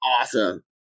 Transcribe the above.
Awesome